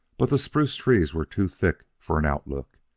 but the spruce trees were too thick for an outlook,